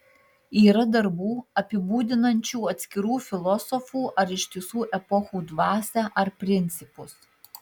yra darbų apibūdinančių atskirų filosofų ar ištisų epochų dvasią ar principus